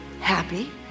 happy